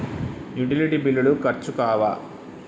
Utility బిల్లులు ఖర్చు కావా?